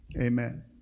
Amen